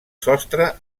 sostre